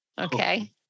okay